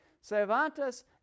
Cervantes